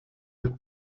het